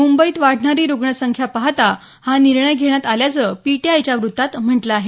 मुंबईत वाढणारी रुग्णसंख्या पाहता हा निर्णय घेण्यात आल्याचं पीटीआयच्या वृत्तात म्हटलं आहे